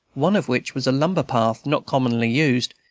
one of which was a lumber-path, not commonly used,